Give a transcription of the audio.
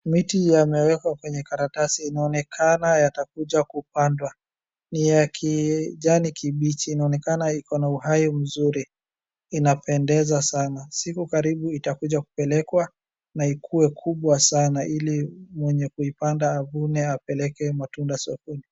Miti yamewekwa kwenye karatasi inaonekana yatakuja kupandwa. Ni ya kijani kibichi inaonekana iko na uhai mzuri inapendeza sana. Siku karibu itakuja kupelekwa na ikuwe kubwa sana ili mwenye kuipanda avune apeleke matunda sokoni.